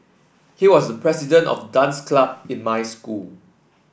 he was the president of dance club in my school